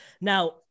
Now